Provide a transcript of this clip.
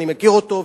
אני מכיר אותו,